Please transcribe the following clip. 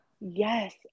Yes